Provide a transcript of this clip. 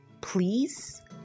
please